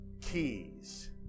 keys